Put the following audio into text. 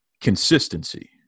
consistency